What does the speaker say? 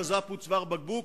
מז"פ היא צוואר בקבוק,